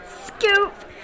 Scoop